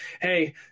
hey